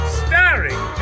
starring